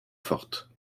fortes